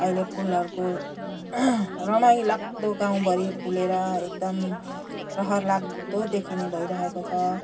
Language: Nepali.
अहिले फुलहरूको रमाइलाग्दो गाउँभरि फुलेर एकदम रहरलाग्दो देखिने भइराखेको छ